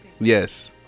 Yes